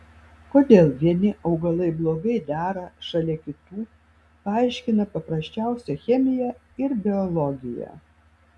kodėl vieni augalai blogai dera šalia kitų paaiškina paprasčiausia chemija ir biologija